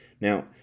Now